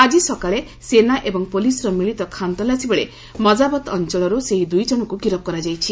ଆଜି ସକାଳେ ସେନା ଏବଂ ପୁଲିସ୍ର ମିଳିତ ଖାନତଲାସି ବେଳେ ମଜାବତ ଅଞ୍ଚଳରୁ ସେହି ଦୁଇ ଜଣକୁ ଗିରଫ୍ କରାଯାଇଛି